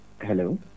hello